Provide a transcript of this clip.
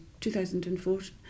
2004